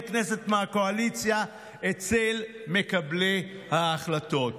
כנסת מהקואליציה אצל מקבלי ההחלטות.